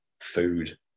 food